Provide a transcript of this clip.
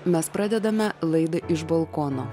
mes pradedame laidą iš balkono